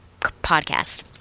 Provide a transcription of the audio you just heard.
podcast